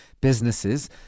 businesses